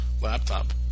laptop